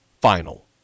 final